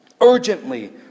Urgently